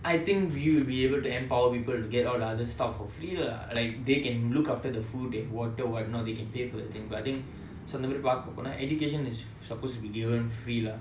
I think we'll be able to empower people to get all the other stuff hopefully lah like they can look after the food water what not they can pay for that thing but I think அந்த மாரி பாக்க போனா:antha maari paaka ponaa education is supposed to be given free lah